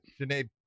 Janae